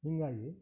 ಹೀಗಾಗಿ